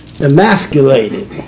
emasculated